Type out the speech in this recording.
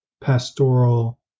pastoral